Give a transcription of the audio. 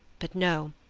but no,